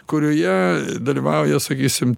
kurioje dalyvauja sakysim